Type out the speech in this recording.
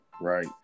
right